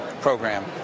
program